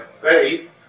faith